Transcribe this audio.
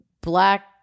black